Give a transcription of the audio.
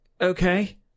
okay